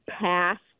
passed